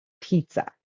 pizza